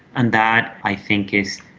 and that, i think, is,